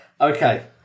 Okay